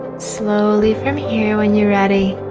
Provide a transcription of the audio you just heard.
slowly from here when you're ready